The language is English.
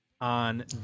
On